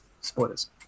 spoilers